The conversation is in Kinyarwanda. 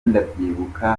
ndabyibuka